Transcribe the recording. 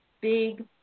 big